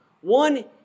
One